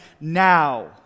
now